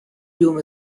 you